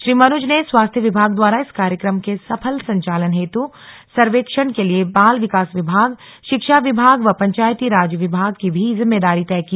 श्री मनुज ने स्वास्थ्य विभाग द्वारा इस कार्यक्रम के सफल संचालन हेतु सर्वेक्षण के लिए बाल विकास विभाग शिक्षा विभाग व पंचायती राज विभाग की भी जिम्मेंदारी तय की